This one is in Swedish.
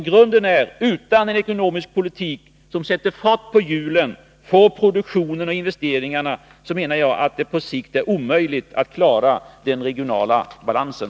Grunden är: Utan en ekonomisk politik som sätter fart på hjulen för produktion och investeringar är det omöjligt att på sikt klara den regionala balansen.